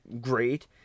great